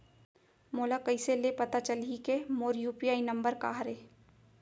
मोला कइसे ले पता चलही के मोर यू.पी.आई नंबर का हरे?